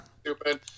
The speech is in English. stupid